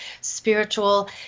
spiritual